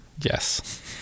Yes